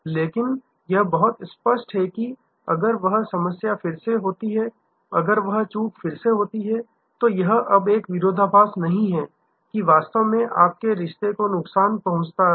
लेकिन यह बहुत स्पष्ट है कि अगर वह समस्या फिर से होती है अगर वह चूक फिर से होती है तो यह अब एक विरोधाभास नहीं है कि वास्तव में आपके रिश्ते को नुकसान पहुंचाता है